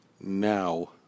now